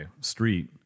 street